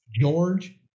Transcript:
George